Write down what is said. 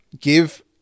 give